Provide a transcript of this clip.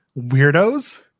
weirdos